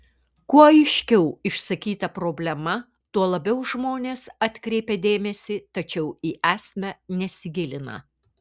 kuo aiškiau išsakyta problema tuo labiau žmonės atkreipia dėmesį tačiau į esmę nesigilina